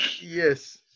Yes